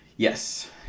Yes